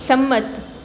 સંમત